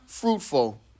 fruitful